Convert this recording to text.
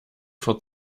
vor